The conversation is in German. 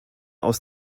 aus